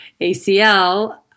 ACL